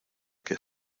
que